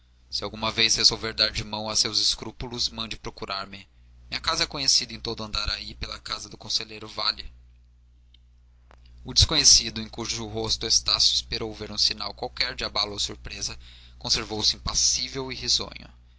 se alguma vez resolver dar de mão a seus escrúpulos mande procurar-me minha casa é conhecida em todo andaraí pela casa do conselheiro vale o desconhecido em cujo rosto estácio esperou ver um sinal qualquer de abalo ou surpresa conservou-se impassível e risonho